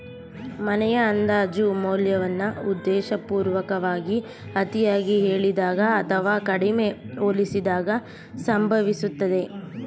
ಮನೆಯ ಅಂದಾಜು ಮೌಲ್ಯವನ್ನ ಉದ್ದೇಶಪೂರ್ವಕವಾಗಿ ಅತಿಯಾಗಿ ಹೇಳಿದಾಗ ಅಥವಾ ಕಡಿಮೆ ಹೋಲಿಸಿದಾಗ ಸಂಭವಿಸುತ್ತದೆ